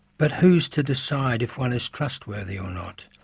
but who is to decide if one is trustworthy or not?